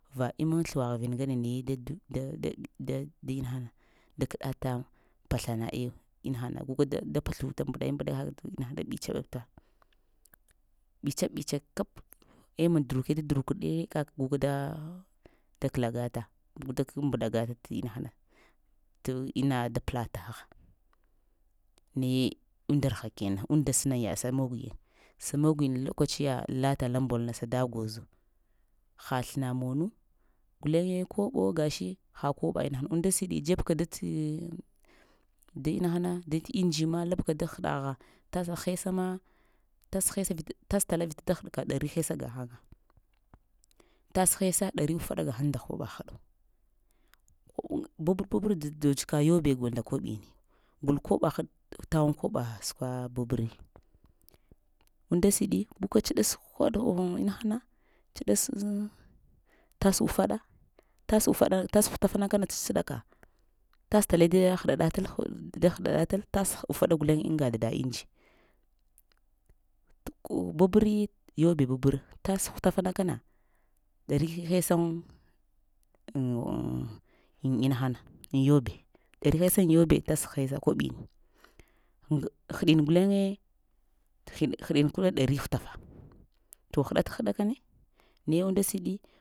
Va iman slwa ghvən angne naye da-d da da da inahan da kɗata pəslana əwe inahana gu ka da da pəsluta mbəɗay-mbəɗey hr ɓəst-ɗapta bəst-ɓəstka kap əah mandroke da drokɗe kak guka da da kla gata guka mbɗagata ts inahana ts ina da plata gha nayee undrha kena unda snan yaɗ. Sa mune sa mogiyan lokaciya hata lambalna da gwozo ha slna monu guleŋ yee ko ga shi ha koɓo inahanu unda shiɗi jəbka ts dat ŋd. Inahana dat indzi ma labka da dŋagha tas həisama vita tas taba vita da hɗka ɗari həisa gaghan tas həisa ɗari ufaɗa ghaŋ nda koɓa hɗo, babar baba ɗ. ɗodzka yobe go nda koɓini gul koɓo hɗ taghan koɓa səkwa babri unda siɗi guka stɗas hɗay inahana stɗas tas ufada, tas ufaɗa tas htafanakan stə-stiɗaka tas tale da hɗa datal da hɗa ɗatal tas ufaɗa guleŋ aŋ ga dada inji babri yobe babar tas htafana kana dari həisa ŋ-ŋ inahona aŋ yobe dari həisa aŋ yobe tas həisa koɓin hɗin guleŋ hɗ hɗin ɗari hwtefa to hiɗat hɗa kane naye unda siɗi